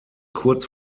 kurz